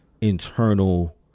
internal